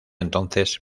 entonces